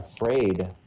afraid